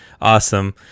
Awesome